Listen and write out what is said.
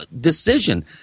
decision